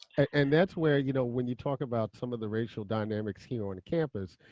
and that's where, you know when you talk about some of the racial dynamics here on campus,